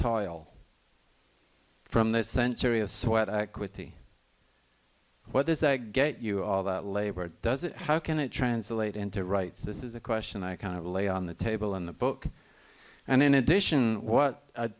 toil from this century of sweat equity what does that get you all that labor does it how can it translate into rights this is a question i kind of lay on the table in the book and in addition what